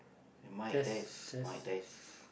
mic test mic test